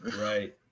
right